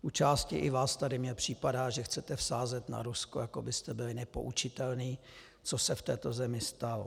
U části i vás tady mně připadá, že chcete vsázet na Rusko, jako byste byli nepoučitelní, co se v této zemi stalo.